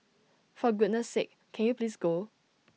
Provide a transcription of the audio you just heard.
for goodness sake can you please go